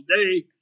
today